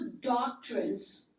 doctrines